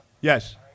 Yes